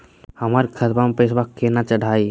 हमर खतवा मे पैसवा केना चढाई?